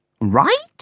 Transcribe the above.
Right